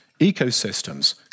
ecosystems